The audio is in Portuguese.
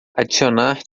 adicionar